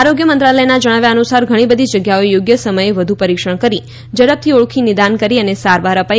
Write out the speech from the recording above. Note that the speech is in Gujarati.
આરોગ્ય મંત્રાલયના જણાવ્યા અનુસાર ઘણી બધી જગ્યાઓએ યોગ્ય સમયે વધુ પરીક્ષણ કરી સમય પહેલા તેને ઓળખી નિદાન કરી અને સારવાર અપાઇ